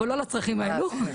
אבל לא לצרכים האלה.